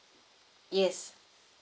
yes